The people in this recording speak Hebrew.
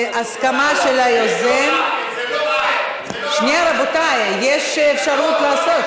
בהסכמה של היוזם, זה לא פייר, מה שקרה פה.